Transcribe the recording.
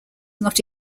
not